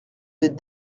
des